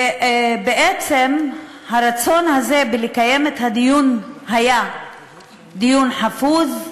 ובעצם, הרצון הזה לקיים את הדיון, היה דיון חפוז,